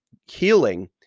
healing